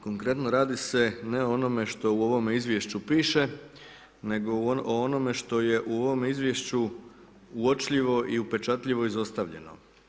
Konkretno radi se, ne o onome što u ovome izvješću piše, nego o onome što je u ovome izvješću uočljivo i upečatljivo i izostavljeno.